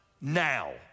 now